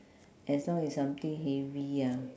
as long it's something heavy ah